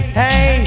hey